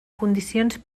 condicions